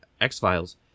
X-Files